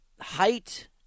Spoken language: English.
height